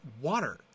water